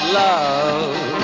love